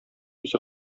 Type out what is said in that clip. үзе